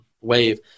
wave